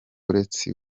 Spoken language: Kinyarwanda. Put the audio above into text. uretse